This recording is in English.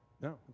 No